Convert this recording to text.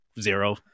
Zero